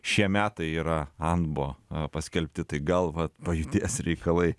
šie metai yra anbo paskelbti tai gal va pajudės reikalai